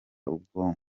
ubwonko